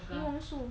柠檬树